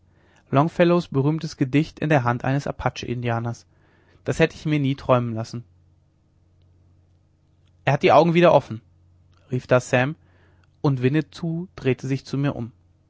longfellows berühmtes gedicht in der hand eines apache indianers das hätte ich mir nie träumen lassen er hat die augen wieder offen rief da sam und winnetou drehte sich zu mir um